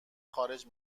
خارج